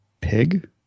pig